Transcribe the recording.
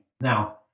Now